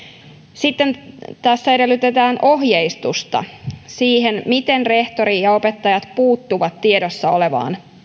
sitten tässä edellytetään ohjeistusta siihen miten rehtori ja opettajat puuttuvat tiedossa olevaan